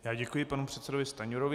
Já děkuji panu předsedovi Stanjurovi.